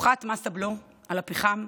הופחת מס הבלו על הפחם,